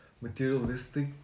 materialistic